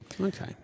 okay